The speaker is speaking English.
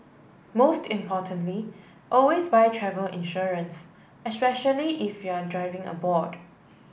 most importantly always buy travel insurance especially if you're driving aboard